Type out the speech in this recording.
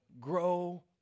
grow